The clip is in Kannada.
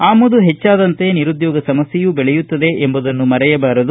ಆಮದು ಹೆಚ್ದಾದಂತೆ ನಿರುದ್ದೋಗ ಸಮಸ್ಯೆಯೂ ಬೆಳೆಯುತ್ತದೆ ಎಂಬುದನ್ನು ಮರೆಯಬಾರದು